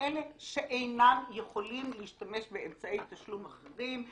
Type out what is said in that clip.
כאלה שאינם יכולים להשתמש באמצעי תשלום אחרים,